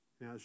Now